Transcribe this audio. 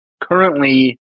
currently